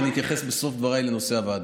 ואני אתייחס בסוף דבריי לנושא הוועדה,